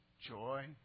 joy